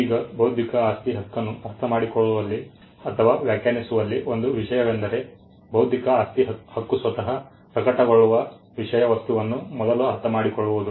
ಈಗ ಬೌದ್ಧಿಕ ಆಸ್ತಿ ಹಕ್ಕನ್ನು ಅರ್ಥಮಾಡಿಕೊಳ್ಳುವಲ್ಲಿ ಅಥವಾ ವ್ಯಾಖ್ಯಾನಿಸುವಲ್ಲಿ ಒಂದು ವಿಷಯವೆಂದರೆ ಬೌದ್ಧಿಕ ಆಸ್ತಿ ಹಕ್ಕು ಸ್ವತಃ ಪ್ರಕಟಗೊಳ್ಳುವ ವಿಷಯ ವಸ್ತುವನ್ನು ಮೊದಲು ಅರ್ಥಮಾಡಿಕೊಳ್ಳುವುದು